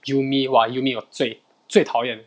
yuumi !wah! yuumi 我最最讨厌